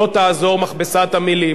לא תעזור מכבסת המלים,